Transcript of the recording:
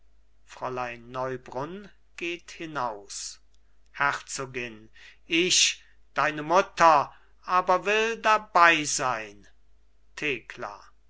fräulein neubrunn geht hinaus herzogin ich deine mutter aber will dabei sein thekla